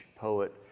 poet